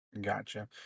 Gotcha